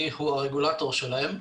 אני הוא הרגולטור שלהם.